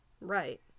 Right